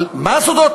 אבל מה סודות,